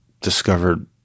discovered